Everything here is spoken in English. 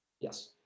Yes